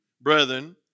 brethren